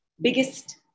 biggest